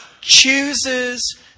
chooses